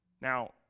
Now